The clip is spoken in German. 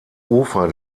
ufer